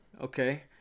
Okay